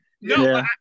No